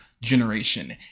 generation